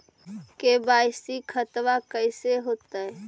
KYC खतबा कैसे होता?